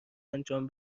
انجام